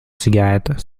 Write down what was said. cigarette